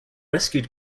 rescued